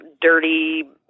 dirty